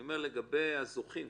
לגבי הזוכים,